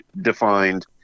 defined